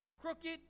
Crooked